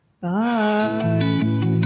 Bye